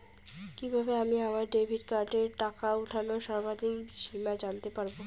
কিভাবে আমি আমার ডেবিট কার্ডের টাকা ওঠানোর সর্বাধিক সীমা জানতে পারব?